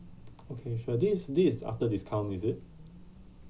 okay sure this is this is after discount is it